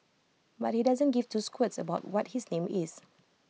but he doesn't give two squirts about what his name is